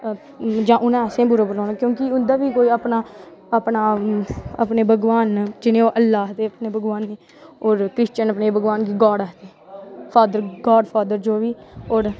जां उनें असेंगी भला बूरा आक्खना मतलब की उंदा बी अपने भगवान जिनेंगी ओह् अल्लाह आक्खदे अपने भगवान गी होर क्रिशिचयन अपने भगवान गी गाड आक्खदे गॉड फॉदर जो बी